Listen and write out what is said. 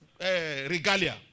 regalia